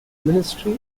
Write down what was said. ministry